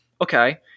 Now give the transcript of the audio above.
Okay